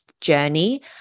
journey